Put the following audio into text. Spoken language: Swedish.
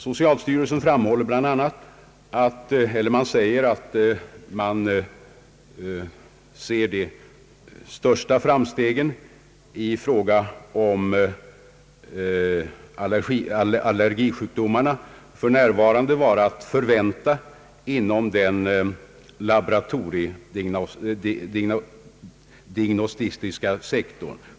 Socialstyrelsen säger bland annat att man ser »de största framstegen i fråga om allergisjukdomarna för närvarande vara att förvänta inom den laboratoriediagnostiska sektorn.